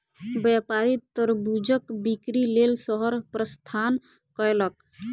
व्यापारी तरबूजक बिक्री लेल शहर प्रस्थान कयलक